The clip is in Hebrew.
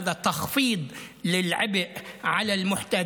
והוא מפחית את הנטל לנזקקים,